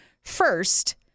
first